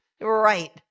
Right